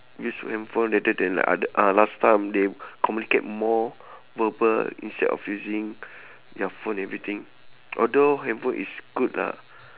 use handphone later they like oth~ ah last time they communicate more verbal instead of using your phone everything although handphone is good ah